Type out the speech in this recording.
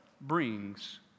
brings